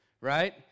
right